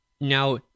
Now